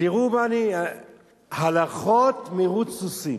ותראו הלכות מירוץ סוסים.